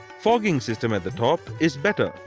fogging system at the top is better.